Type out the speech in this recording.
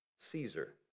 Caesar